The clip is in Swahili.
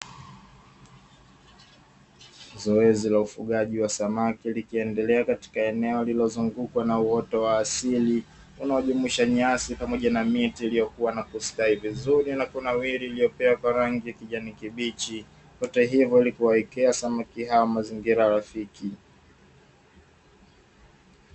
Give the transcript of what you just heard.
Zoezi la ufugaji wa samaki likiendelea katika eneo lililozungukwa na uoto wa asili unaojumuisha nyasi pamoja na miti, iliyokuwa na kustawi vizuri na kunawiri iliyopea kwa rangi ya kijani kibichi hata hivyo likiwaekea samaki hao mazingira rafiki.